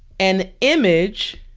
an image